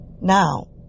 Now